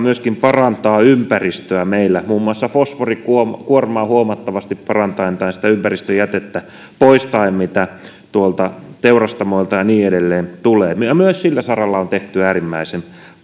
parantaa ympäristöä meillä muun muassa fosforikuormaa huomattavasti parantaen ja sitä ympäristöjätettä poistaen mitä teurastamoilta ja niin edelleen tulee myös sillä saralla on tehty äärimmäisen